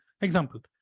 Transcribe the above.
example